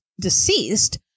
deceased